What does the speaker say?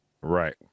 Right